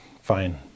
Fine